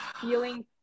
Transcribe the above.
feeling